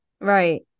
Right